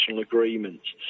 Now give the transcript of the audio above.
agreements